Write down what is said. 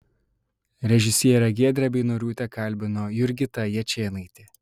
režisierę giedrę beinoriūtę kalbino jurgita jačėnaitė